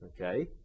Okay